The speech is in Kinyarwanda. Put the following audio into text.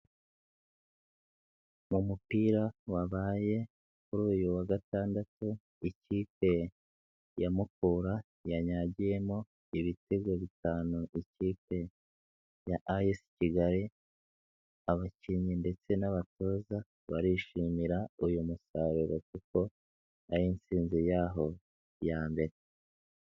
Mu mupira wabaye kuri uyu wa gatandatu ikipe ya Mukura yanyagiyemo ibitego bitanu ikipe ya AS Kigali, abakinnyi ndetse n'abatoza barishimira uyu musaruro kuko ari intsinzi y'aho ya mbere.